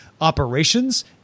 operations